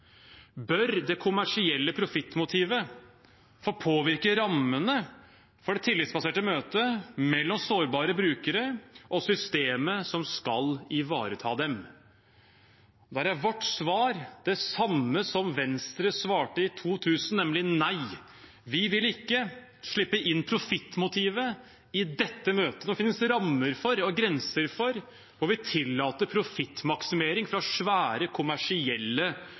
Bør det kommersielle profittmotivet få påvirke rammene for det tillitsbaserte møtet mellom sårbare brukere og systemet som skal ivareta dem? Der er vårt svar det samme som Venstre svarte i 2000, nemlig nei. Vi vil ikke slippe inn profittmotivet i dette møtet det finnes rammer for og grenser for og tillate profittmaksimering fra svære, kommersielle